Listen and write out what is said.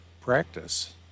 practice